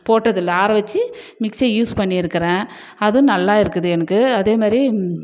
போட்டதில்லை ஆற வச்சு mixie use பண்ணிருக்கறேன் அதுவும் நல்லா இருக்குது எனக்கு அதே மாதிரி